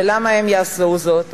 ולמה הם יעשו זאת?